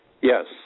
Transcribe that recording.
Yes